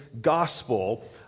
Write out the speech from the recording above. gospel